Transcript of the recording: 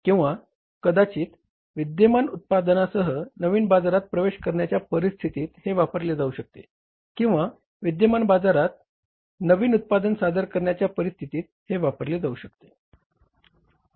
किंवा कदाचित विद्यमान उत्पादनासह नवीन बाजारात प्रवेश करण्याच्या परिस्थितीत हे वापरले जाऊ शकते किंवा विद्यमान बाजारात नवीन उत्पादन सादर करण्याच्या परिस्थितीत हे वापरले जाऊ शकते